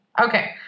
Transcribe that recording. Okay